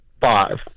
five